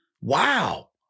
wow